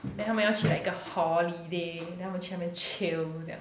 then 他们要去 like a holiday then 他们去那边 chill 这样